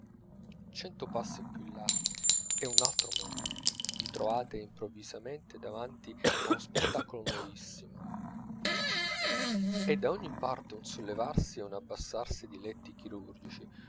cento passi più in là è un altro mondo vi trovate improvvisamente davanti a uno spettacolo nuovissimo è da ogni parte un sollevarsi e un abbassarsi di letti chirurgici